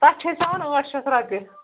تَتھ چھِ أسۍ ہٮ۪وَان ٲٹھ شیٚتھ رۄپیہِ